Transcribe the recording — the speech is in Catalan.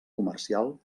comercial